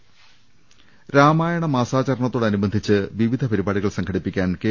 രദേഷ്ടെടു രാമായണ മാസാചരണത്തോടനുബന്ധിച്ച് വിവിധ പരിപാടികൾ സംഘ ടിപ്പിക്കാൻ കെ